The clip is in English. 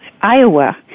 Iowa